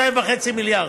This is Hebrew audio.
2.5 מיליארד.